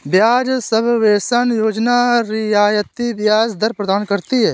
ब्याज सबवेंशन योजना रियायती ब्याज दर प्रदान करती है